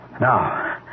Now